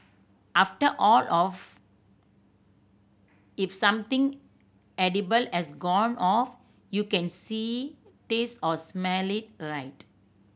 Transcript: after all of if something edible has gone off you can see taste or smell it right